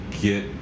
get